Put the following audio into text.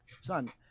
son